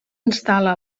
instal·la